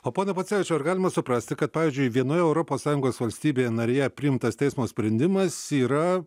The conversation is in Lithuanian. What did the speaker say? o pone pocevičiau ar galima suprasti kad pavyzdžiui vienoj europos sąjungos valstybėje narėje priimtas teismo sprendimas yra